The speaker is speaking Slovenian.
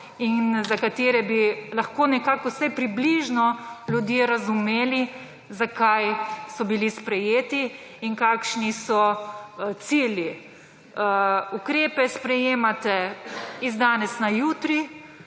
in za katere bi lahko nekako vsaj približno ljudje razumeli zakaj so bili sprejeti in kakšni so cilji. Ukrepe sprejemate iz danes na jutri,